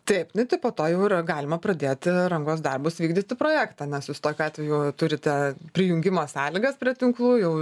taip nu tai po to jau ir galima pradėti rangos darbus vykdyti projektą nes jūs tokiu atveju turite prijungimo sąlygas prie tinklų jau